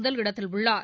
முதலிடத்தில் உள்ளார்